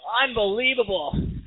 Unbelievable